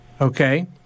Okay